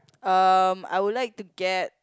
um I would like to get